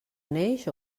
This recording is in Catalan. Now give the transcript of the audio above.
neix